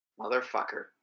Motherfucker